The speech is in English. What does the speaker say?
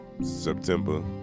September